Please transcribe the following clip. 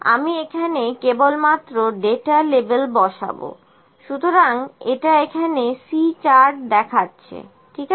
আমি এখানে কেবলমাত্র ডেটা লেবেল বসাবো সুতরাং এটা এখানে C চার্ট দেখাচ্ছে ঠিক আছে